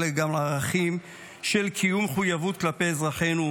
אלא גם ערכים של קיום מחויבויות כלפי אזרחינו.